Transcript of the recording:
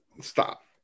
stop